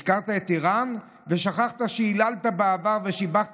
הזכרת את איראן ושכחת שהיללת בעבר ושיבחת